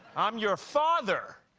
i'm your father!